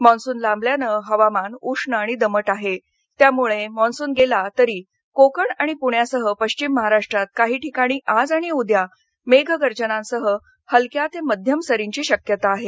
monsoon लांबल्याने हवामान उष्ण आणि दमट आहे त्यामुळे तो गेला तरी कोकण आणि प्रण्यासह पश्चिम महाराष्ट्रात काही ठिकाणी आज आणि उद्या मेघगर्जनांसह हलक्या ते मध्यम सरींची शक्यता आहे